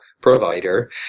provider